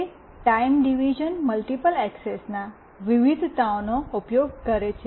તે time division multiple access જે TDMA છે એના વેરિએશનનો ઉપયોગ કરે છે